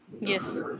yes